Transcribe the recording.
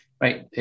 Right